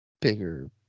bigger